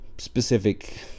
specific